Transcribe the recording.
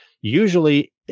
Usually